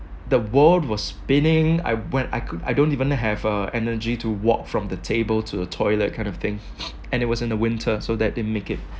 the world was spinning I when I could I don't even have uh energy to walk from the table to the toilet kind of thing and it was in the winter so that didn't make it